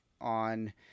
on